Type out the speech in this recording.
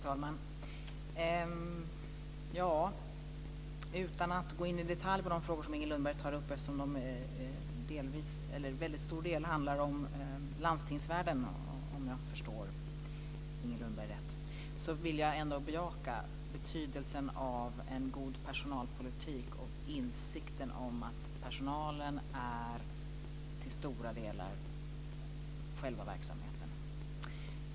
Fru talman! Utan att gå in i detalj på de frågor som Inger Lundberg tar upp - de handlar ju till stor del om landstingsvärlden, om jag förstår henne rätt - vill jag ändå bejaka betydelsen av en god personalpolitik och insikten om att personalen till stora delar är själva verksamheten.